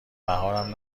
بهارم